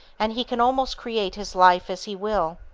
and he can almost create his life as he will.